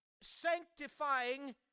sanctifying